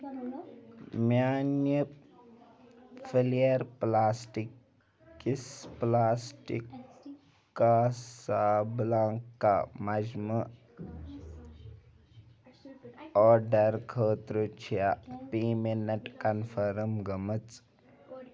میانہِ Flair plastics plastic Casablanca مجمہٕ order خٲطرٕ چھے پیمنٹ کنفٔرم گٔمٕژ؟